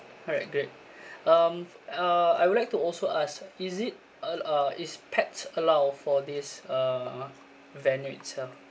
alright great um uh I would like to also ask is it uh uh is pets allowed for this uh venue itself